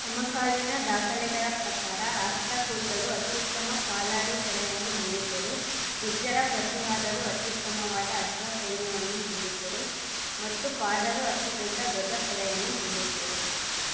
ಸಮಕಾಲೀನ ದಾಖಲೆಗಳ ಪ್ರಕಾರ ರಾಷ್ಟ್ರ ಕೂಟರು ಅತ್ಯುತ್ತಮ ಕಾಲಾಳು ಪಡೆಯನ್ನು ಹೊಂದಿದ್ದರು ಗುರ್ಜರ ಪ್ರತಿಹಾರರು ಅತ್ಯುತ್ತಮವಾದ ಅಶ್ವ ಸೈನ್ಯವನ್ನು ಹೊಂದಿದ್ದರು ಮತ್ತು ಪಾಲರು ಅತಿದೊಡ್ಡ ಗಜ ಪಡೆಯನ್ನು ಹೊಂದಿದ್ದರು